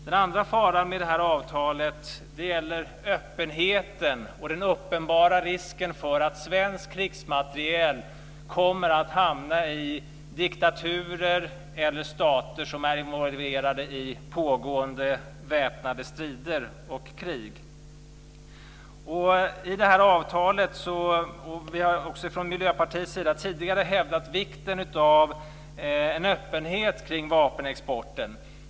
Den andra faran med avtalet gäller öppenheten och den uppenbara risken att svensk krigsmateriel kommer att hamna i diktaturer eller stater som är involverade i pågående väpnade strider och krig. Vi har tidigare från Miljöpartiets sida hävdat vikten av en öppenhet kring vapenexporten.